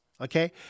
okay